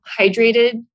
hydrated